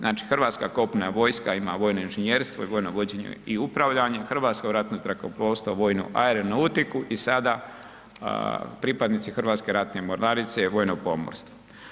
Znači Hrvatska kopnena vojska ima vojno inžinjerstvo i vojno vođenje i upravljanje, Hrvatsko ratno zrakoplovstvo vojnu aeronautiku i sada pripadnici Hrvatske ratne mornarice vojno pomorstvo.